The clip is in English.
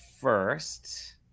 first